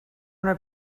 una